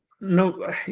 no